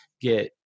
get